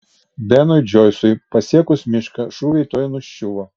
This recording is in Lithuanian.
benui džoisui pasiekus mišką šūviai tuoj nuščiuvo